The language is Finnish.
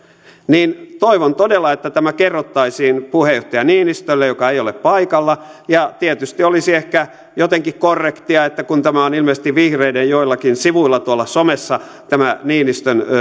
niin toivon todella että tämä kerrottaisiin puheenjohtaja niinistölle joka ei ole paikalla tietysti olisi ehkä jotenkin korrektia kun on ilmeisesti joillakin vihreiden sivuilla somessa tämä niinistön